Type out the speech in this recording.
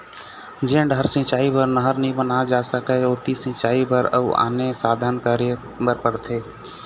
जेन डहर सिंचई बर नहर नइ बनाए जा सकय ओती सिंचई बर अउ आने साधन करे बर परथे